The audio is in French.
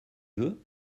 veux